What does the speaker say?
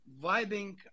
vibing